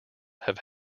have